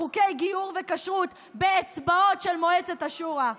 חוקי גיור וכשרות באצבעות של מועצת השורא.